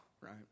right